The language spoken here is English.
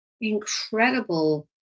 incredible